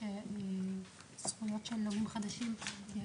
קליטה ותפוצות בנושא הקמת מערך זכויות עבור עולים חדשים.